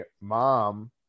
mom